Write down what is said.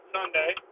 Sunday